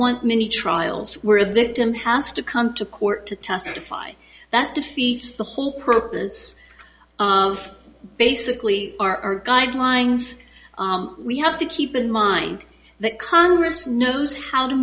want many trials were a victim has to come to court to testify that defeats the whole purpose of basically our guidelines we have to keep in mind that congress knows how to